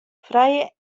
frije